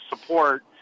support